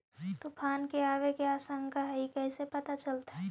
तुफान के आबे के आशंका है इस कैसे पता चलतै?